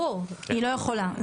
היא לא יכולה.